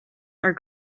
are